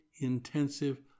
intensive